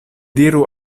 diru